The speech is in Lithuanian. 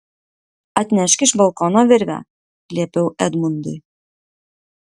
atnešk iš balkono virvę liepiau edmundui